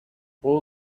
all